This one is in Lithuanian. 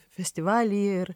festivalyje ir